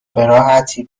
براحتی